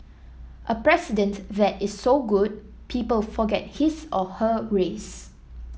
a president that is so good people forget his or her race